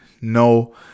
No